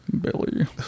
Billy